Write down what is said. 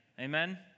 Amen